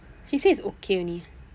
she said it's okay only